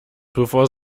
bevor